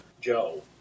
Joe